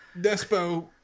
despo